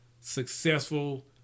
successful